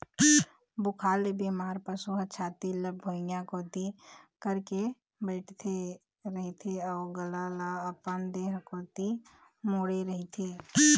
बुखार ले बेमार पशु ह छाती ल भुइंया कोती करके बइठे रहिथे अउ गला ल अपन देह कोती मोड़े रहिथे